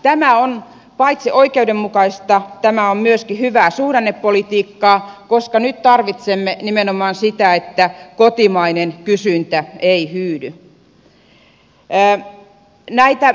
tämä on paitsi oikeudenmukaista myöskin hyvää suhdannepolitiikkaa koska nyt tarvitsemme nimenomaan sitä että kotimainen kysyntä ei hyydy